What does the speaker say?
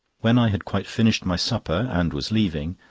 when i had quite finished my supper, and was leaving,